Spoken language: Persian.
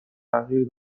تغییر